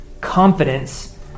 confidence